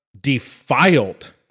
defiled